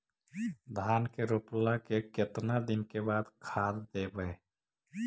धान के रोपला के केतना दिन के बाद खाद देबै?